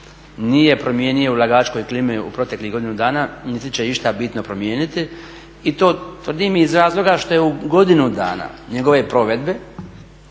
nije promijenio u ulagačkoj klimi u proteklih godinu dana niti će išta bitno promijeniti. I to tvrdim iz razloga što je u godinu dana njegove provedbe,